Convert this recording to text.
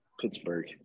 Pittsburgh